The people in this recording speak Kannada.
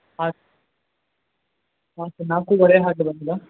ಹಾಂ ಹಾಂ ಸರ್ ನಾಲ್ಕುವರೆ ಹಾಗೆ ಬರಲಾ